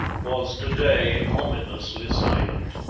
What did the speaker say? was to-day ominously silent.